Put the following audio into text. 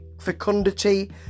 fecundity